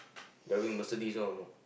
driving Mercedes one you know